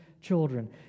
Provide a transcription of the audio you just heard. children